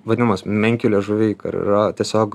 vadinamas menkių liežuviai kur yra tiesiog